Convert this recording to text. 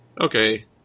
okay